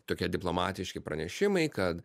tokie diplomatiški pranešimai kad